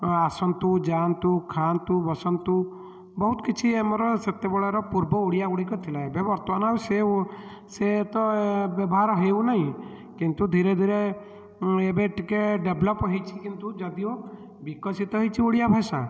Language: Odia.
ଆସନ୍ତୁ ଯାଆନ୍ତୁ ଖାଆନ୍ତୁ ବସନ୍ତୁ ବହୁତ କିଛି ଆମର ସେତେବେଳର ପୂର୍ବ ଓଡ଼ିଆଗୁଡ଼ିକ ଥିଲା ଏବେ ବର୍ତ୍ତମାନ ଆଉ ସେ ସେ ତ ବ୍ୟବହାର ହେଉନାହିଁ କିନ୍ତୁ ଧିରେ ଧିରେ ଏବେ ଟିକିଏ ଡେଭ୍ଲପ୍ ହୋଇଛି କିନ୍ତୁ ଯଦିଓ ବିକଶିତ ହୋଇଛି ଓଡ଼ିଆ ଭାଷା